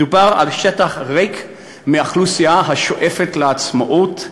מדובר על שטח ריק מאוכלוסייה השואפת לעצמאות,